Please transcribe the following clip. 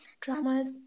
dramas